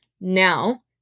Now